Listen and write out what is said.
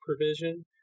provision